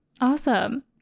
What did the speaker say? Awesome